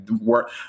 work